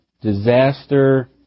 disaster